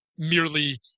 merely